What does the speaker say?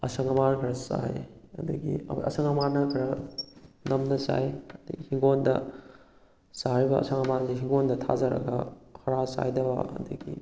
ꯑꯁꯪ ꯑꯃꯥꯟ ꯈꯔ ꯆꯥꯏ ꯑꯗꯨꯗꯒꯤ ꯑꯁꯪ ꯑꯃꯥꯟꯅ ꯈꯔ ꯅꯝꯅ ꯆꯥꯏ ꯑꯗꯨꯗꯩ ꯍꯤꯡꯒꯣꯜꯗ ꯆꯥꯔꯤꯕ ꯑꯁꯪ ꯑꯃꯥꯟꯁꯤ ꯍꯤꯡꯒꯣꯜꯗ ꯊꯥꯖꯔꯒ ꯍꯥꯔ ꯆꯥꯏꯗꯕ ꯑꯗꯨꯗꯒꯤ